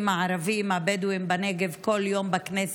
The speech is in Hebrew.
הערבים הבדואים בנגב כל יום בכנסת,